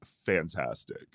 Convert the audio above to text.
fantastic